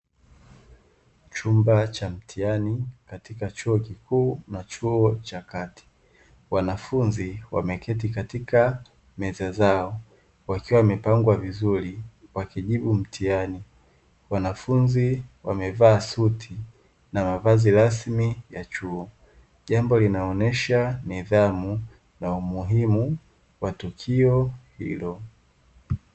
Chumba cha mtihani katika chuo kikuu na chuo cha kati wanafunzi wameketi katika meza zao, wakiwa wamepangwa vizuri wakijibu mtihani wanafunzi wamevaa suti na mavazi rasmi ya chuo, jambo linaonyesha nidhamu na umuhimu wa tukio hilo.